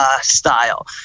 style